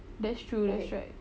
that's true that's right